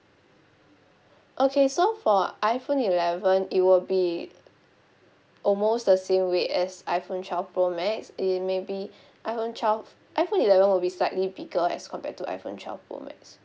okay so for iphone eleven it would be almost the same weight as iphone twelve pro max it may be iphone twelve iphone eleven will be slightly bigger as compared to iphone twelve pro max